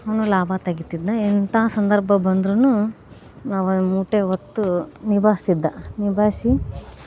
ಅವನು ಲಾಭ ತೆಗಿತಿದ್ದ ಎಂಥ ಸಂದರ್ಭ ಬಂದರೂನು ಅವನು ಮೂಟೆ ಹೊತ್ತು ನಿಭಾಯಿಸ್ತಿದ್ದ ನಿಭಾಯಿಸಿ